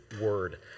Word